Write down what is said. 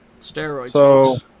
Steroids